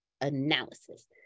analysis